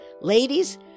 Ladies